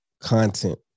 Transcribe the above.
content